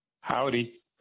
Howdy